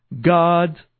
God